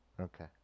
okay